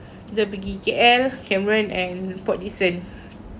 kita pergi K_L cameron and port dickson